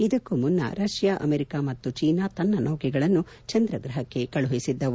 ಇದಕ್ಕೂ ಮುನ್ನ Russia America ಮತ್ತು ಚೀನಾ ತನ್ನ ನೌಕೆಗಳನ್ನು ಚಂದ್ರ ಗ್ರಪಕ್ಕೆ ಕಳುಹಿಸಿದ್ದವು